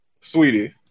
sweetie